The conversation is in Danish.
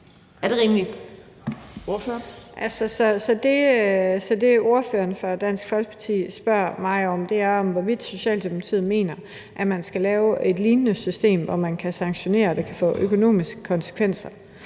(S): Hvis det, ordføreren for Dansk Folkeparti spørger mig om, er, hvorvidt Socialdemokratiet mener, man skal lave et lignende system, hvor man kan sanktionere og det kan få økonomiske konsekvenser,